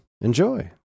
enjoy